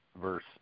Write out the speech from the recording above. verse